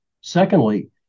Secondly